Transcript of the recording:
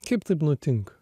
kaip taip nutinka